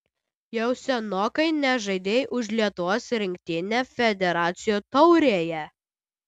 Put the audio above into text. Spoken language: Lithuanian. jau senokai nežaidei už lietuvos rinktinę federacijų taurėje